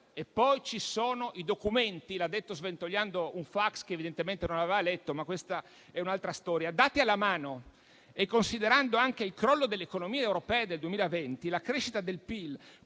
poi ci sono i documenti. L'ha detto sventagliando un fax che evidentemente non aveva letto, ma questa è un'altra storia. Dati alla mano e considerando anche il crollo delle economie europee del 2020, la crescita del PIL